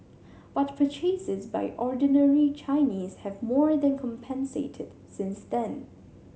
but purchases by ordinary Chinese have more than compensated since then